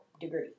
degree